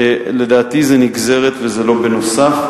זה נגזר ולא נוסף,